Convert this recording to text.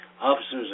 Officers